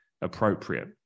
appropriate